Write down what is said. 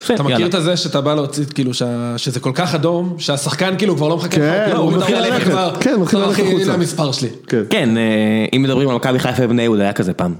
אתה מכיר את הזה שאתה בא להוציא כאילו שזה כל כך אדום שהשחקן כאילו כבר לא מחכה לך, הוא מתאר לי כבר, הוא מתאר לי למספר שלי. כן, אם מדברים על מכבי חייפה בני אולי היה כזה פעם.